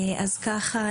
אז ככה,